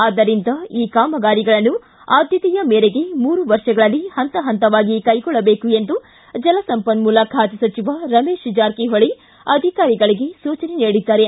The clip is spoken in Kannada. ಆದ್ದರಿಂದ ಈ ಕಾಮಗಾರಿಗಳನ್ನು ಆದ್ಯತೆಯ ಮೇರೆಗೆ ಮೂರು ವರ್ಷಗಳಲ್ಲಿ ಪಂತ ಪಂತವಾಗಿ ಕೈಗೊಳ್ಳಬೇಕು ಎಂದು ಜಲಸಂಪನ್ಮೂಲ ಖಾತೆ ಸಚಿವ ರಮೇಶ್ ಜಾರಕಿಹೊಳಿ ಅಧಿಕಾರಿಗಳಿಗೆ ಸೂಚನೆ ನೀಡಿದ್ದಾರೆ